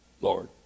Lord